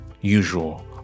usual